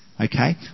Okay